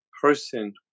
person